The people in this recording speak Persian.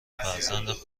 فرزند